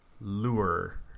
Lure